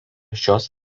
šios